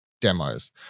demos